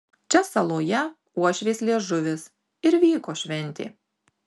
čia saloje uošvės liežuvis ir vyko šventė